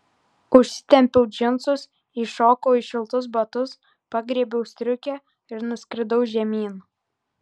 užsitempiau džinsus įšokau į šiltus batus pagriebiau striukę ir nuskridau žemyn